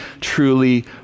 truly